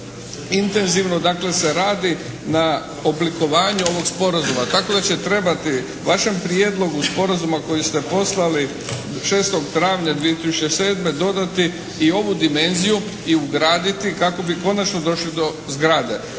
intenzivno dakle se radi na oblikovanju ovog sporazuma. Tako da će trebati vašem prijedlogu sporazuma koji ste poslali 6. travnja 2007. dodati i ovu dimenziju i ugraditi kako bi konačno došli do zgrade.